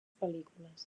pel·lícules